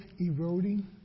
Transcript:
eroding